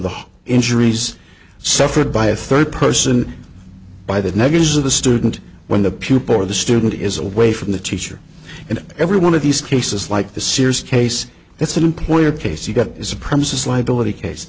the injuries suffered by a third person by the negatives of the student when the pupil or the student is away from the teacher and every one of these cases like the sears case that's an employer case you've got is a premises liability case